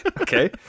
Okay